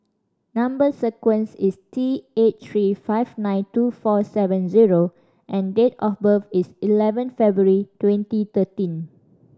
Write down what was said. number sequence is T eight three five nine two four seven zero and date of birth is eleven February twenty thirteen